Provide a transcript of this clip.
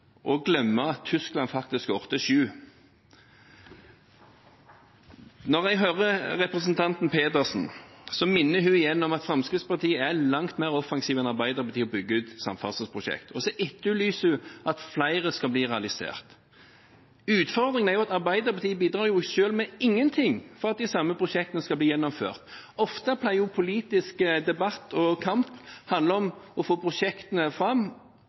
og glemme at Tyskland faktisk skåret sju. Når jeg hører representanten Pedersen, minner hun igjen om at Fremskrittspartiet er langt mer offensiv enn Arbeiderpartiet til å bygge ut samferdselsprosjekter, og så etterlyser hun at flere skal bli realisert. Utfordringen er at Arbeiderpartiet bidrar ikke selv med noe for at de samme prosjektene skal bli gjennomført. Ofte pleier politisk debatt og kamp å handle om å få prosjektene fram.